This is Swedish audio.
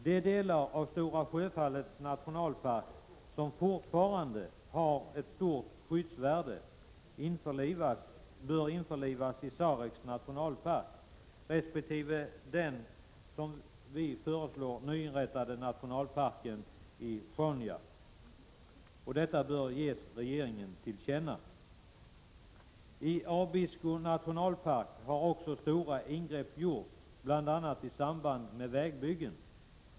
De delar av Stora Sjöfallets nationalpark som fortfarande har ett stort skyddsvärde bör införlivas i Sareks nationalpark resp. den, som vi föreslår, nyinrättade nationalparken i Sjaunja. Detta bör ges regeringen till känna. I Abisko nationalpark har stora ingrepp gjorts bl.a. i samband med vägbyggen.